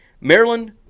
Maryland